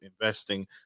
investing